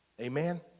Amen